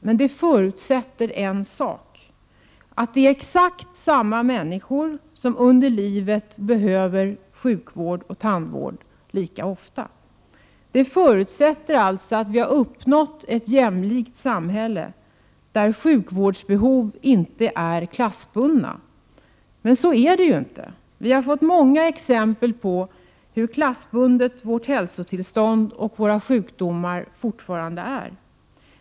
Men det förutsätter en sak: Att det är exakt samma människor som under livet behöver tandvård och sjukvård lika ofta. Det förutsätter alltså att vi uppnått ett jämlikt samhälle, där sjukvårdsbehov inte är klassbundna. Men så är det ju inte! Vi har fått många exempel på hur klassbundet vårt hälsotillstånd och våra sjukdomar fortfarande är.